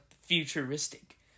futuristic